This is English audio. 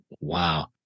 Wow